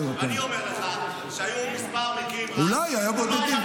אני אומר לך שהיו כמה מקרים -- אולי היו בודדים.